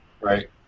right